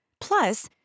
Plus